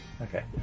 Okay